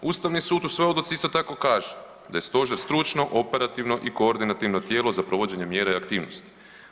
Ustavni sud u svojoj odluci isto tako kaže da je Stožer stručno, operativno i koordinativno tijelo za provođenje mjera i aktivnosti.